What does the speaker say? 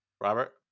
Robert